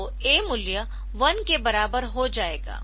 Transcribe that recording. तो A मूल्य 1 के बराबर हो जाएगा